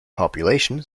population